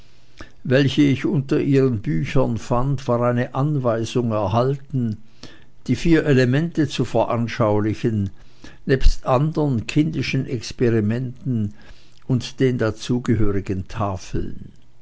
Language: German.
welche ich unter ihren büchern fand war eine anweisung enthalten die vier elemente zu veranschaulichen nebst andern kindischen experimenten und den dazugehörigen tafeln